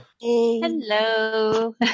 Hello